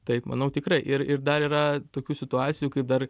taip manau tikrai ir ir dar yra tokių situacijų kaip dar